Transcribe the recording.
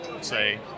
say